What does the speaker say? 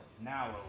now